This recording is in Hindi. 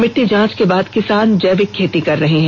मिट्टी जांच के बाद किसान जैविक खेती कर रहे हैं